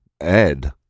Ed